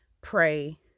pray